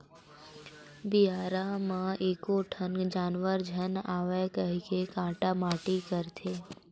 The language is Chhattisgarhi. बियारा म एको ठन जानवर झन आवय कहिके काटा माटी करथन